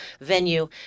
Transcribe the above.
venue